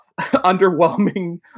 underwhelming